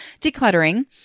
decluttering